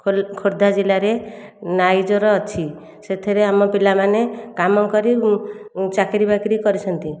ଖୋ ଖୋର୍ଦ୍ଧା ଜିଲ୍ଲାରେ ନାଇଜର ଅଛି ସେଥିରେ ଆମ ପିଲାମାନେ କାମ କରି ଚାକିରୀ ବାକିରି କରିଛନ୍ତି